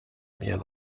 bien